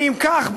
ואם כך,